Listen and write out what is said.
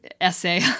essay